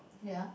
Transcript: yeah